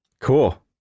Cool